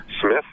Smith